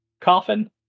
coffin